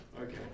okay